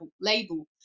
label